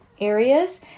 areas